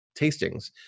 tastings